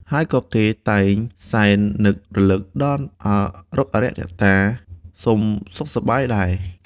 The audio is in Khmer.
ហើយក៏គេតែងសែននឹករំលឹកដល់អារុក្ខអារក្ស អ្នកតាសុំសុខសប្បាយដែរ។